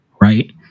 right